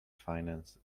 finance